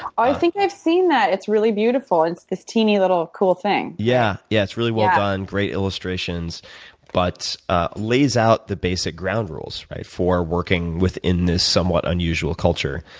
i think i've seen that. it's really beautiful and it's this teeny little cool thing. yeah. yeah, it's really well done, great illustrations but ah lays out the basic ground rules, right, for working within this somewhat unusual culture.